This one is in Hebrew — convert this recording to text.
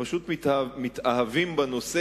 פשוט מתאהבים בנושא,